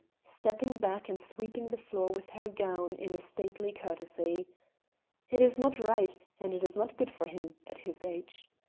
stepping back and sweeping the floor with her gown in a stately courtesy it is not right, and it is not good for him at his age.